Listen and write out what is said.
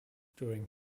during